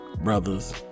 brothers